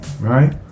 right